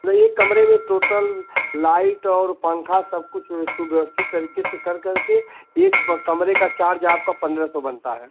मतलब एक कमरे में टोटल लाइट और पंखा सब कुछ सुव्यवस्थित तरीके से कर कर के एक कमरे का चार्ज आपका पन्द्रह सौ बनता है